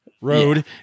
road